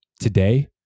today